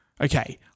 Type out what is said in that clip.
Okay